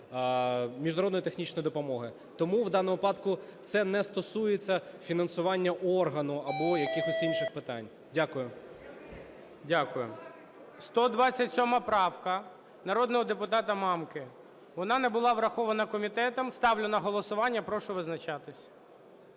міжнародної технічної допомоги. Тому в даному випадку це не стосується фінансування органу або якихось інших питань. Дякую. ГОЛОВУЮЧИЙ. Дякую. 127 правка народного депутата Мамки. Вона не була врахована комітетом. Ставлю на голосування і прошу визначатись.